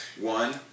One